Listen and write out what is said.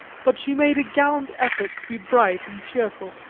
but she made a gallant effort to be bright and cheerful,